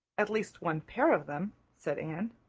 at least one pair of them, said anne.